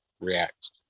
react